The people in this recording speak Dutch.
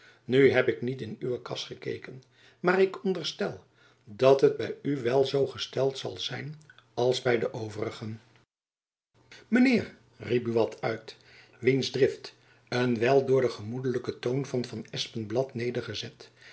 nu heb ik niet in uwe kas gekeken maar ik onderstel dat het by u wel zoo gesteld zal zijn als by de overigen mijn heer riep buat uit wiens drift een wijl door den gemoedelijken toon van van espenblad nedergezet